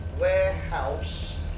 warehouse